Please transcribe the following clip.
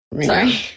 Sorry